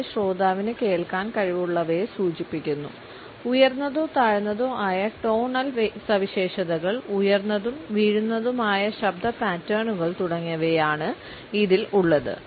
ഇത് ശ്രോതാവിന് കേൾക്കാൻ കഴിവുള്ളവയെ സൂചിപ്പിക്കുന്നു ഉയർന്നതോ താഴ്ന്നതോ ആയ ടോണൽ സവിശേഷതകൾ ഉയരുന്നതും വീഴുന്നതുമായ ശബ്ദ പാറ്റേണുകൾ തുടങ്ങിയവയാണ് ഇതിൽ ഉള്ളത്